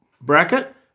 bracket